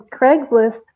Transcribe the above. Craigslist